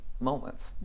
moments